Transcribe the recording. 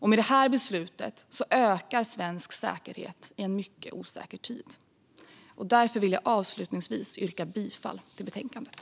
Med det här beslutet ökar svensk säkerhet i en mycket osäker tid. Därför vill jag avslutningsvis yrka bifall till förslaget i betänkandet.